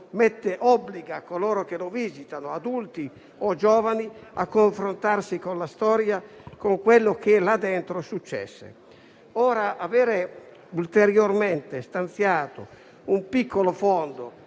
obbliga coloro che li visitano, adulti o giovani, a confrontarsi con la storia e con quanto là dentro successe. Aver ulteriormente stanziato un piccolo fondo